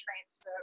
transfer